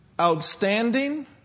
outstanding